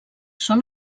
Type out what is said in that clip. són